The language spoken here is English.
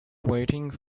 waiting